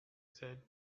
said